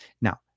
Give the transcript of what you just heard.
Now